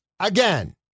Again